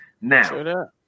Now